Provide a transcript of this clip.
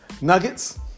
Nuggets